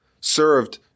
served